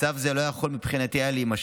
מצב זה לא יכול היה מבחינתי להימשך,